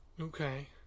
Okay